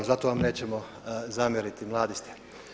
Zato vam nećemo zamjeriti, mladi ste.